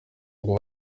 ngo